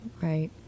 right